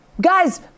Guys